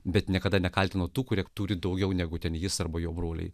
bet niekada nekaltino tų kurie turi daugiau negu ten jis arba jo broliai